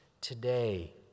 today